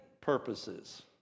purposes